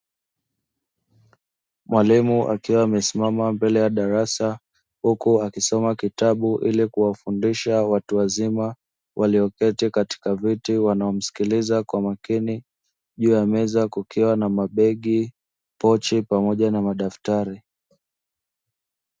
Mwalimu akiwa amesimama mbele ya darasa huku akisoma kitabu ili kuwafundisha watu wazima walioketi katika viti wanaomsikiliza kwa makini, juu ya meza kukiwa na mabegi, pochi pamoja na madaftari.